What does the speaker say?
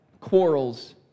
quarrels